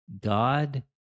God